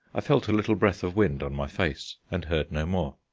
i felt a little breath of wind on my face, and heard no more.